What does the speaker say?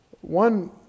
One